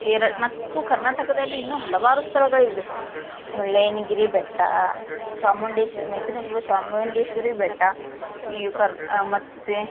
ಎರಡು ಮತ್ತು ಕರ್ನಾಟಕದಲ್ಲಿ ಇನ್ನು ಹಲವಾರು ಸ್ಥಳಗಳಿವೆ ಮುಳ್ಳಯ್ಯನಗಿರಿ ಬೆಟ್ಟ ಚಾಮುಂಡೇಶ್ವರಿ ಮೈಸೂರಿನಲ್ಲಿರುವ ಚಾಮುಂಡೇಶ್ವರಿ ಬೆಟ್ಟ ಈ ಕರ್ನ್ ಮತ್ತು